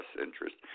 interest